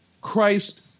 Christ